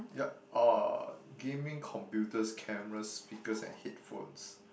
yup uh gaming computers cameras speakers and headphones